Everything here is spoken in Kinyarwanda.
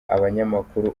abanyamakuru